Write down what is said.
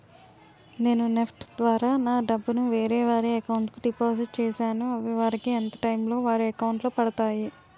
నేను నెఫ్ట్ ద్వారా నా డబ్బు ను వేరే వారి అకౌంట్ కు డిపాజిట్ చేశాను అవి వారికి ఎంత టైం లొ వారి అకౌంట్ లొ పడతాయి?